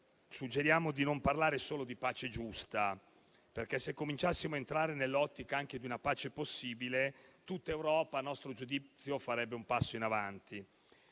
Suggeriamo di non parlare solo di pace giusta, perché, se cominciassimo a entrare nell'ottica anche di una pace possibile, tutta Europa, a nostro giudizio, farebbe un passo in avanti,